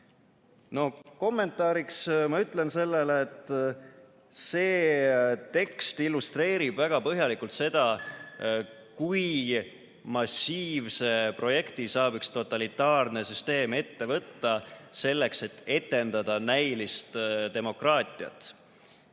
Kommentaariks sellele ütlen, et see tekst illustreerib väga põhjalikult seda, kui massiivse projekti saab totalitaarne süsteem ette võtta selleks, et etendada näilist demokraatiat.